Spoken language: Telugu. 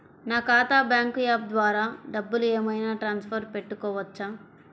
నా ఖాతా బ్యాంకు యాప్ ద్వారా డబ్బులు ఏమైనా ట్రాన్స్ఫర్ పెట్టుకోవచ్చా?